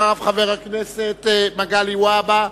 ואחריו חבר הכנסת מגלי והבה.